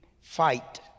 fight